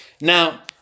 Now